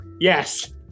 yes